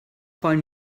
wollen